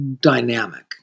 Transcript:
dynamic